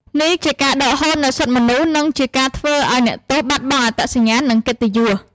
នេះជាការដកហូតនូវសិទ្ធិមនុស្ស និងជាការធ្វើឱ្យអ្នកទោសបាត់បង់អត្តសញ្ញាណ និងកិត្តិយស។